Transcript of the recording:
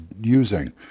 using